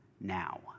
now